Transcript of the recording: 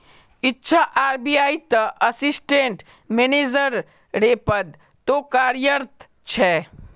इच्छा आर.बी.आई त assistant manager रे पद तो कार्यरत छे